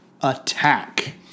attack